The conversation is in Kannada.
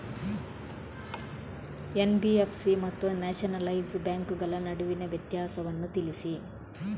ಎನ್.ಬಿ.ಎಫ್.ಸಿ ಮತ್ತು ನ್ಯಾಷನಲೈಸ್ ಬ್ಯಾಂಕುಗಳ ನಡುವಿನ ವ್ಯತ್ಯಾಸವನ್ನು ತಿಳಿಸಿ?